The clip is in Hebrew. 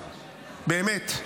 באמת.